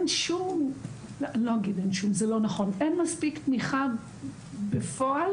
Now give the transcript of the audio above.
אין מספיק תמיכה בפועל,